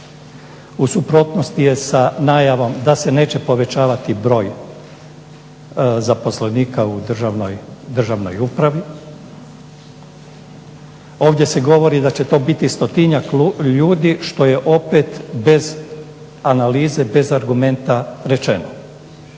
U suprotnosti je sa najavom da se neće povećavati broj zaposlenika u državnoj upravi. Ovdje se govori da će to biti stotinjak ljudi što je opet bez analize bez argumenta rečeno.